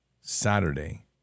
Saturday